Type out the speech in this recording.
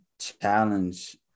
challenge